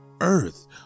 earth